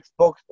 Xbox